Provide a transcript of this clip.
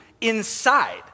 inside